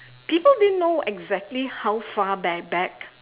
people didn't know exactly how far bare back